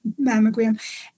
mammogram